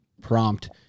prompt